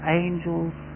angels